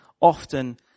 Often